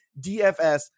DFS